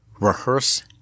Rehearse